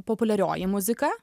populiarioji muzika